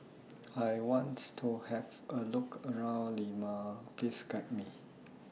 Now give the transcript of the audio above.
I want to Have A Look around Lima Please Guide Me